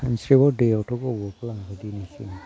सानस्रिब्ला दैयावथ'